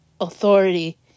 authority